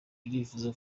irifuza